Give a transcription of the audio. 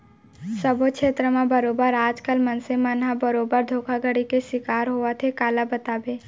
सब्बो छेत्र म बरोबर आज कल मनसे मन ह बरोबर धोखाघड़ी के सिकार होवत हे काला बताबे